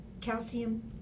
calcium